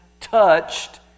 touched